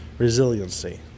resiliency